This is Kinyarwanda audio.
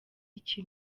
iki